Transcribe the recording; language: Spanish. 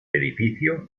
edificio